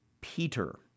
Peter